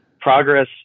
progress